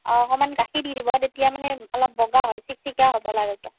অঁ অকণমান গাখীৰ দি দিব তেতিয়া মানে অলপ বগা হয় চিকচিকীয়া হ'ব লাৰুটো